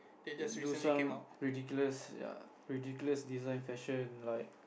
do some ridiculous ya ridiculous design fashion like